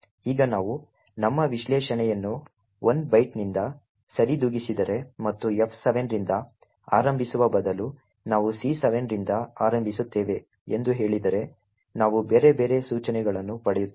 ಈಗ ನಾವು ನಮ್ಮ ವಿಶ್ಲೇಷಣೆಯನ್ನು 1 ಬೈಟ್ನಿಂದ ಸರಿದೂಗಿಸಿದರೆ ಮತ್ತು F7 ರಿಂದ ಆರಂಭಿಸುವ ಬದಲು ನಾವು C7 ರಿಂದ ಆರಂಭಿಸುತ್ತೇವೆ ಎಂದು ಹೇಳಿದರೆ ನಾವು ಬೇರೆ ಬೇರೆ ಸೂಚನೆಗಳನ್ನು ಪಡೆಯುತ್ತೇವೆ